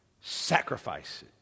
sacrifice